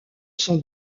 son